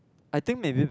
I think maybe